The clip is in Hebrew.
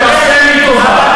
תעשה לי טובה.